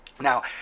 Now